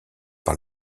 par